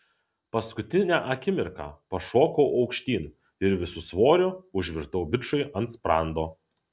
paskutinę akimirką pašokau aukštyn ir visu svoriu užvirtau bičui ant sprando